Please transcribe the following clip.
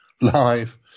live